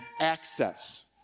access